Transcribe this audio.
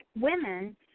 women